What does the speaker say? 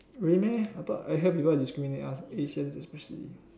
really meh I thought I hear people discriminate us Asians especially